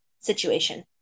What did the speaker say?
situation